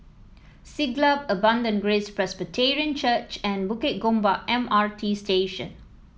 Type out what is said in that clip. Siglap Abundant Grace Presbyterian Church and Bukit Gombak M R T Station